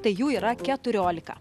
tai jų yra keturiolika